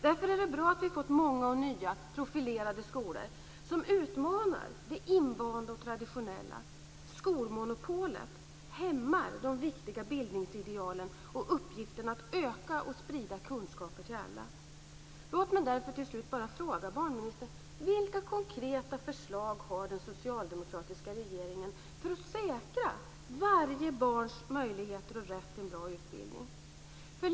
Därför är det bra att vi har fått många nya och profilerade skolor som utmanar det invanda och traditionella. Skolmonopolet hämmar de viktiga bildningsidealen och uppgiften att öka och sprida kunskaper till alla. Vilka konkreta förslag har den socialdemokratiska regeringen för att säkra varje barns möjligheter och rätt till en bra utbildning?